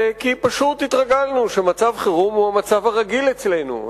כי פשוט התרגלנו שמצב חירום הוא המצב הרגיל אצלנו.